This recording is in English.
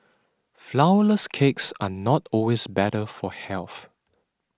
Flourless Cakes are not always better for health